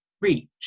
reach